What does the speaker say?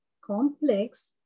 complex